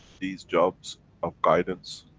these jobs of guidance,